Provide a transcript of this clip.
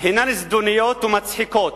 הינן זדוניות ומצחיקות.